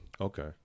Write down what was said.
okay